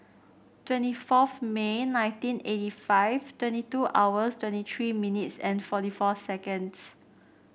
twenty fourth May nineteen eighty five twenty two hours twenty three minutes and forty four seconds